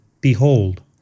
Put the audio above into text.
Behold